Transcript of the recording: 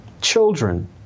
children